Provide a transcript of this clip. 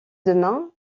demain